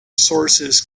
sources